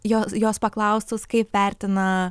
jos jos paklausus kaip vertina